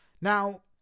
Now